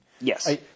Yes